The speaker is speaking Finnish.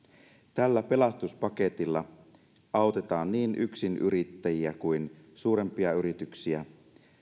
tällä pelastuspaketilla autetaan niin yksinyrittäjiä kuin suurempia yrityksiä